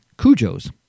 Cujo's